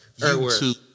YouTube